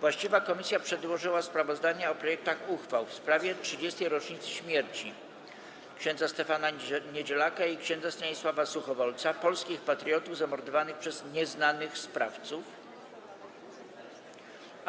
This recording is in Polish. Właściwa komisja przedłożyła sprawozdania o projektach uchwał: - w sprawie 30. rocznicy śmierci ks. Stefana Niedzielaka i ks. Stanisława Suchowolca - polskich patriotów zamordowanych przez „nieznanych sprawców”, -